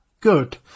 good